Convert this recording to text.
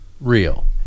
real